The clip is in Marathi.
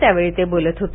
त्यावेळी ते बोलत होते